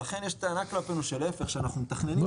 לכן יש טענה כלפינו שאנחנו מתכננים יותר מדי.